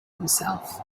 himself